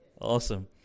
awesome